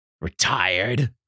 Retired